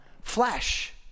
flesh